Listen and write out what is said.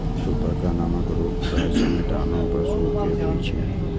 खुरपका नामक रोग गाय समेत आनो पशु कें होइ छै